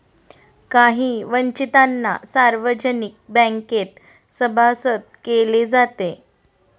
काही वंचितांना सार्वजनिक बँकेत सभासद केले जाते